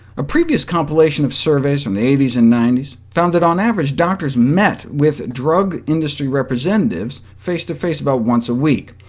a previous compilation of surveys from the eighty s and ninety s found that, on average, doctors met with drug industry representatives face to face about once a week.